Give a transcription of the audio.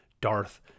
Darth